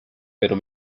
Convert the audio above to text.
pero